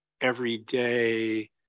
everyday